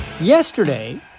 Yesterday